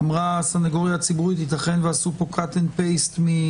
שאמרה הסנגוריה הציבורית: ייתכן ועשו פה cut and paste.